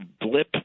blip